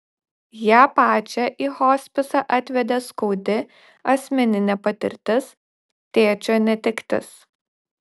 ją pačią į hospisą atvedė skaudi asmeninė patirtis tėčio netektis